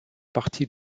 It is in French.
partie